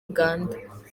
uganda